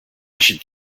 should